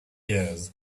years